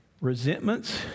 Resentments